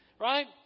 right